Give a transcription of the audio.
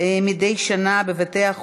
אין נמנעים.